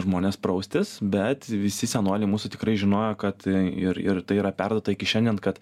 žmonės praustis bet visi senoliai mūsų tikrai žinojo kad ir ir tai yra perduota iki šiandien kad